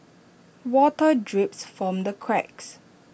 water drips from the cracks